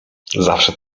zawsze